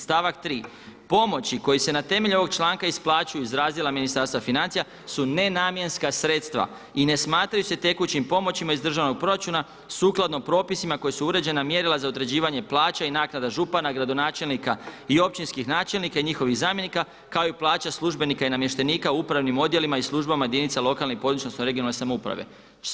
Stavak 3. pomoći koji se na temelju ovog članka isplaćuju iz razdjela Ministarstva financija su nenamjenska sredstva i ne smatraju se tekućim pomoćima iz Državnog proračuna sukladno propisima koja su uređena mjerila za utvrđivanja plaća i naknada župana, gradonačelnika i općinskih načelnika i njihovih zamjenika, kao i plaća službenika i namještenika u upravnim odjelima i službama jedinica lokalne i područne, odnosno regionalne samouprave.